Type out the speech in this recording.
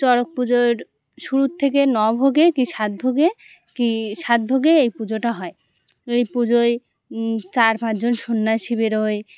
চড়ক পুজোর শুরুর থেকে ন ভোগে কি সাতভোগে কি সাত ভোগে এই পুজোটা হয় এই পুজোয় চার পাঁচজন সন্ন্যাসী বেরোয়